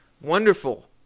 wonderful